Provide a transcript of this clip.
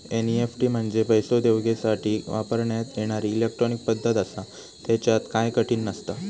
NEFT म्हंजे पैसो देवघेवसाठी वापरण्यात येणारी इलेट्रॉनिक पद्धत आसा, त्येच्यात काय कठीण नसता